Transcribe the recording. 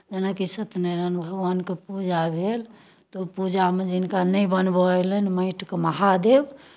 जेनाकि सत्यनारायण भगवानके पूजा भेल तऽ ओहि पूजामे जिनका नहि बनबय अयलनि माटिके महादेव